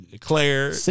Claire